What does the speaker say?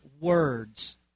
Words